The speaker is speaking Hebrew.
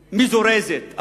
מזורזת,